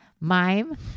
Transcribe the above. Mime